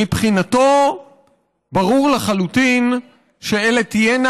מבחינתו ברור לחלוטין שאלה תהיינה